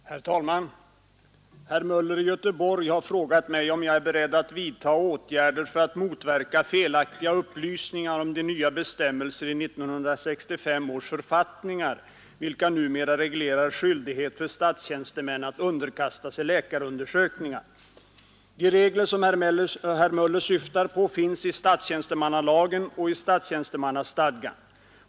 Herr talman! Herr Möller i Göteborg har frågat mig om jag är beredd att vidtaga åtgärder för att motverka felaktiga upplysningar om de nya bestämmelser i 1965 års författningar, vilka numera reglerar skyldighet för statstjänstemän att underkasta sig läkarundersökningar. De regler som herr Möller syftar på finns i statstjänstemannalagen och i statstjänstemannastadgan.